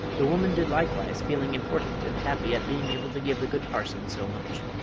the woman did likewise, feeling important and happy at being able to give the good parson so much.